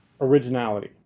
originality